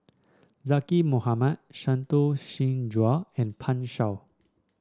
Zaqy Mohamad Santokh Singh Grewal and Pan Shou